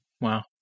wow